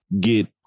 get